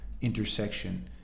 intersection